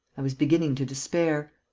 i was beginning to despair.